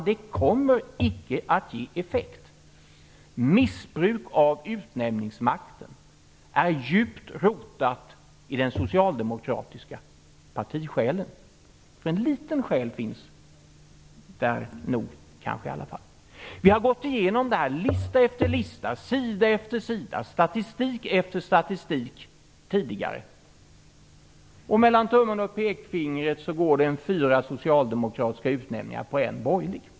Det kommer icke att ge effekt. Missbruk av utnämningsmakten är djupt rotat i den socialdemokratiska partisjälen. För en liten själ finns där nog i alla fall. Vi har gått igenom detta tidigare, lista efter lista, sida efter sida, statistik efter statistik. Mellan tummen och pekfingret går det fyra socialdemokratiska utnämningar på en borgerlig.